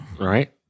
right